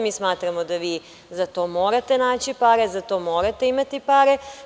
Mi smatramo da vi za to morate naći pare, za to morate imati pare.